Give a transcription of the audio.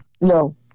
No